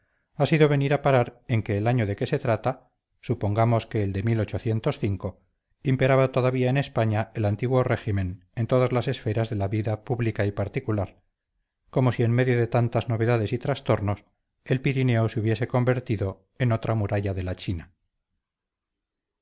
ha sido venir a parar a que el año de que se trata imperaba todavía en españa el antiguo régimen en todas las esferas de la vida pública y particular como si en medio de tantas novedades y trastornos el pirineo se hubiese convertido en otra muralla de la china